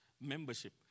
membership